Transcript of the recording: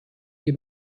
die